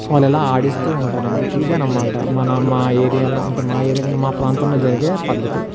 వాళ్ళు అలా ఆడిస్తూ ఉంటారు అండి ఇది అన్నమాట మన మా ఏరియాలో అంటే మా ఏరియాలో అంటే మా ప్రాంతంలో జరిగే పద్ధతి